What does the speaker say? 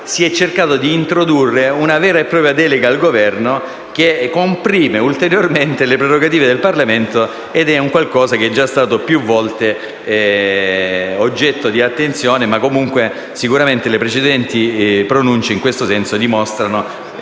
cercato di introdurre una vera e propria delega al Governo che comprime ulteriormente le prerogative del Parlamento. Ciò è stato più volte oggetto di attenzione e le precedenti pronunce in questo senso dimostrano che